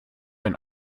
ein